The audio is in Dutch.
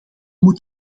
moet